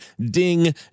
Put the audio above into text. DING